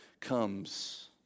comes